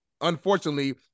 unfortunately